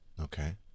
Okay